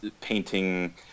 painting